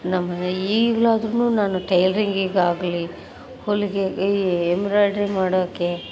ನಮ್ಮಮನೆ ಈಗಲಾದ್ರು ನಾನು ಟೈಲರಿಂಗಿಗಾಗ್ಲಿ ಹೊಲಿಗೆ ಈ ಎಂಬ್ರಾಯ್ಡ್ರಿ ಮಾಡೋಕೆ